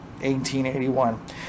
1881